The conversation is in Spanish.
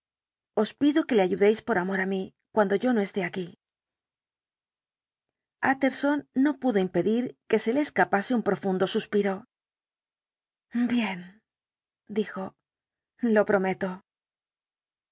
os pido que le ayudéis por amor á mí cuando yo no esté aquí utterson no pudo impedir que se le escapase un profundo suspiro bien dijo lo prometo